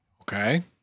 Okay